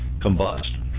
combust